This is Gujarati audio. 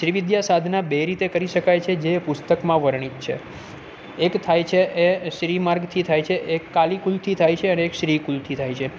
શ્રી વિધ્યા સાધના બે રીતે કરી શકાય છે જે પુસ્તકમાં વર્ણીત છે એક થાય છે એ શ્રી માર્ગથી થાય છે એક કાલી કુલથી થાય છે અને અકે શ્રી કુલથી થાય છે